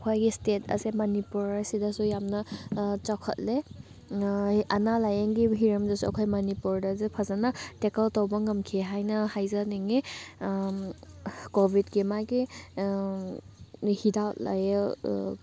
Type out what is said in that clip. ꯑꯩꯈꯣꯏꯒꯤ ꯁ꯭ꯇꯦꯠ ꯑꯁꯦ ꯃꯅꯤꯄꯨꯔ ꯑꯁꯤꯗꯁꯨ ꯌꯥꯝꯅ ꯆꯥꯎꯈꯠꯂꯦ ꯑꯅꯥ ꯂꯥꯏꯌꯦꯡꯒꯤ ꯍꯤꯔꯝꯗꯁꯨ ꯑꯩꯈꯣꯏ ꯃꯅꯤꯄꯨꯔꯗꯁꯨ ꯐꯖꯅ ꯇꯦꯀꯜ ꯇꯧꯕ ꯉꯝꯈꯤ ꯍꯥꯏꯅ ꯍꯥꯏꯖꯅꯤꯡꯉꯤ ꯀꯣꯕꯤꯗꯀꯤ ꯃꯥꯒꯤ ꯍꯤꯗꯥꯛ